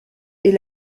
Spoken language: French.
est